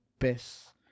best